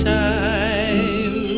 time